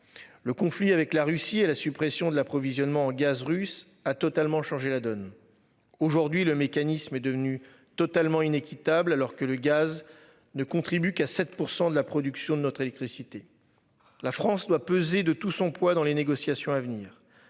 Le conflit avec la Russie et la suppression de l'approvisionnement en gaz russe a totalement changé la donne. Aujourd'hui, le mécanisme est devenu totalement inéquitable. Alors que le gaz ne contribue qu'à 7% de la production de notre électricité. La France doit peser de tout son poids dans les négociations à venir.